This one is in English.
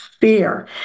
fear